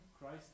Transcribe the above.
Christ